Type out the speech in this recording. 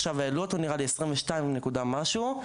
הוא כעת 22 נקודה משהו,